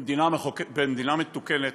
במדינה מתוקנת,